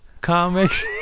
Comics